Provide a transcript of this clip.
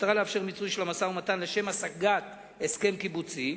במטרה לאפשר מיצוי של המשא-מתן לשם השגת הסכם קיבוצי,